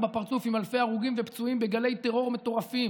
בפרצוף עם אלפי הרוגים ופצועים בגלי טרור מטורפים,